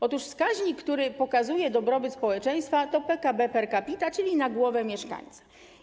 Otóż wskaźnik, który pokazuje dobrobyt społeczeństwa, to PKB per capita, czyli na głowę mieszkańca.